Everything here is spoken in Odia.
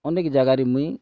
ଅନେକ୍ ଜାଗାରେ ମୁଇଁ